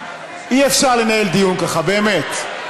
אי-אפשר לנהל דיון ככה, באמת.